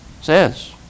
says